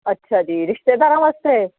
ਅੱਛਾ ਜੀ ਰਿਸ਼ਤੇਦਾਰਾਂ ਵਾਸਤੇ